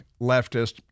leftist